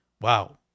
wow